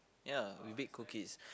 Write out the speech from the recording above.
ya we bake cookies